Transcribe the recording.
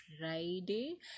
Friday